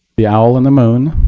the owl and the moon,